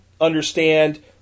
understand